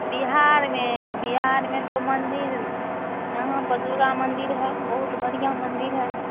बिहार में बिहार में तो मन्दिर यहाँ पर दुर्गा मन्दिर है बहुत बढ़ियाँ मन्दिर है